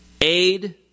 aid